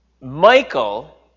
Michael